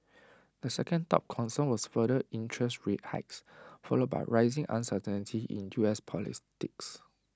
the second top concern was further interest rate hikes followed by rising uncertainty in U S politics